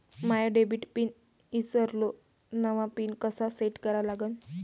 माया debit PIN ईसरलो, नवा PIN कसा सेट करा लागन?